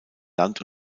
land